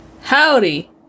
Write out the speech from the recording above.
Howdy